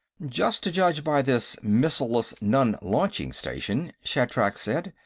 just to judge by this missileless non-launching station, shatrak said,